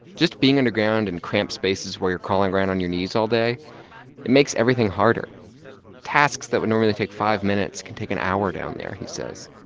just being underground in cramped spaces where you're crawling around on your knees all day it makes everything harder. tasks that would normally take five minutes can take an hour down there, he says.